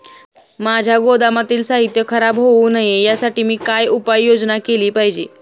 माझ्या गोदामातील साहित्य खराब होऊ नये यासाठी मी काय उपाय योजना केली पाहिजे?